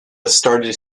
started